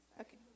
Okay